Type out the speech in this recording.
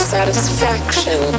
Satisfaction